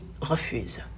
refuse